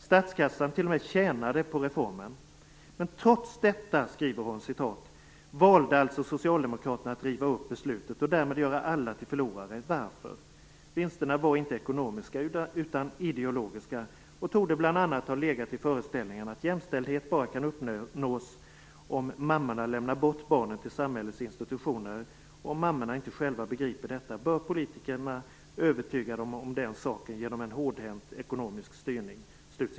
Statskassan t.o.m. tjänade på reformen. Sedan skriver hon: Men trots detta valde alltså socialdemokraterna att riva upp beslutet och därmed göra alla till förlorare. Varför? Vinsterna var inte ekonomiska utan ideologiska och torde bl.a. ha legat i föreställningarna att jämställdhet bara kan uppnås om mammorna lämnar bort barnen till samhällets institutioner, och om mammorna inte själva begriper detta bör politikerna övertyga dem om den saken genom en hårdhänt ekonomisk styrning.